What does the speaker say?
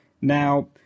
Now